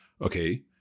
Okay